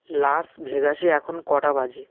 লাস ভেগাসে এখন কটা বাজে